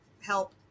Help